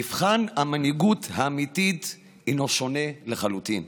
מבחן המנהיגות האמיתית הינו שונה לחלוטין.